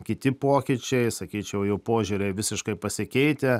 kiti pokyčiai sakyčiau jau požiūriai visiškai pasikeitę